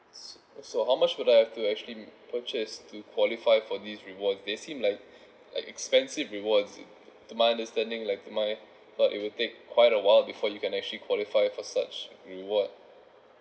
so so how much would I've to actually purchase to qualify for this reward they seem like expensive rewards to my understanding like to my thought it will take quite a while before you can actually qualify for such reward